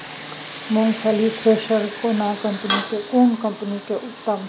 मूंगफली थ्रेसर केना कम्पनी के उत्तम छै?